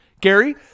Gary